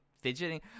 fidgeting